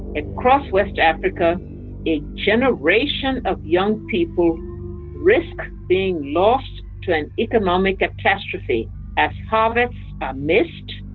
across west africa a generation of young people risk being lost to an economic catastrophe as harvests are missed,